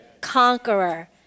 conqueror